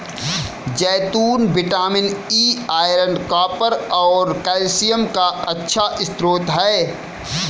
जैतून vitamin E, iron, copper और calcium का अच्छा स्रोत हैं